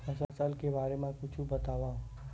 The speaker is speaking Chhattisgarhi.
फसल के बारे मा कुछु बतावव